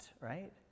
Right